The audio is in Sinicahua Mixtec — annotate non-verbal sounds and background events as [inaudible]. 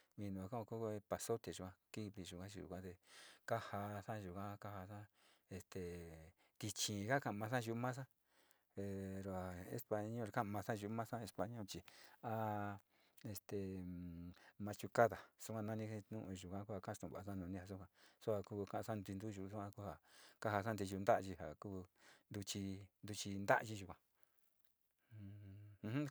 Minó njokongo epazote yuán kindii yuu nguandé kanja xayungan kanjaxa'a, este ti'chínga amaxa yuu ma'axa [hesitation] pero español ka'a maxa'a yuu ma'axa español chí ha este machekanda yungua nani chuu yungua kaxuu kuaxia nuu ñiaxihua xua kuu kaxa'a tinruyu, ha ko'a ha xantivaxhi ka0a xinga akuu nduchii, nduchi ndachi yikuan. [hesitation]